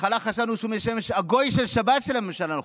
בהתחלה חשבנו שהוא משמש גוי של שבת של הממשלה הנוכחית,